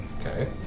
Okay